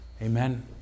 Amen